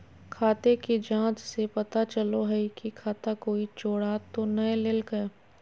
खाते की जाँच से पता चलो हइ की खाता कोई चोरा तो नय लेलकय